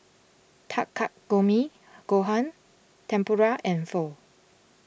Takikomi Gohan Tempura and Pho